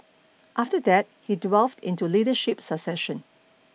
after that he delved into leadership succession